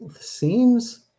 seems